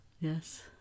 Yes